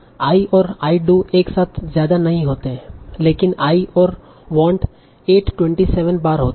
i और i do एक साथ ज्यादा नहीं होते हैं लेकिन i और want 827 बार होते है